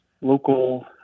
local